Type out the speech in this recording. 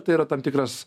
tai yra tam tikras